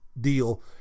deal